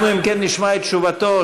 יש נפקא מינה.